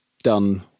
done